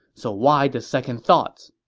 so why the second thoughts?